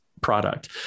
product